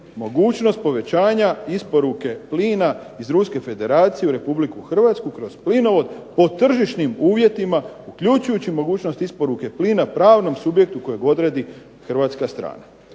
mogućnost povećanja isporuke plina iz Ruske Federacije u Republiku HRvatsku kroz plinovod po tržišnim uvjetima uključujući mogućnost isporuke plina pravnom subjektu kojeg odredi hrvatska strana".